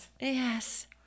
yes